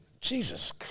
jesus